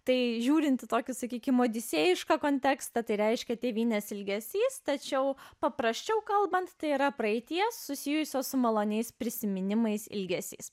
tai žiūrint tokius sakykime odisėjišką kontekstą tai reiškia tėvynės ilgesys tačiau paprasčiau kalbant tai yra praeities susijusios su maloniais prisiminimais ilgesys